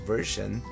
Version